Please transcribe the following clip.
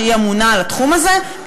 שאמונה על התחום הזה,